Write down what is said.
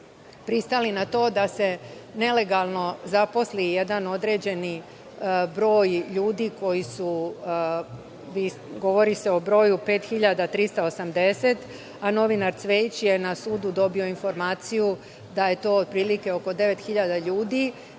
pristali na to da se nelegalno zaposleni jedan određeni broj ljudi koji su, govori se o broju od 5.380, a novinar Cvejić je na sudu dobio informaciju da je to otprilike oko 9.000 ljudi,